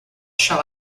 shall